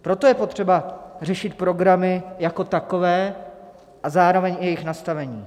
Proto je potřeba řešit programy jako takové a zároveň jejich nastavení.